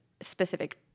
specific